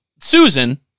susan